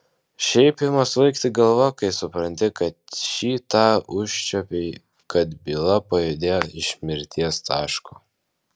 šiaip ima svaigti galva kai supranti kad šį tą užčiuopei kad byla pajudėjo iš mirties taško